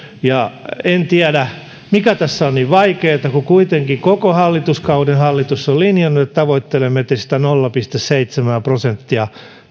en tiedä mikä tässä on niin vaikeaa kun kuitenkin koko hallituskauden hallitus on linjannut että tavoittelemme sitä nolla pilkku seitsemää prosenttia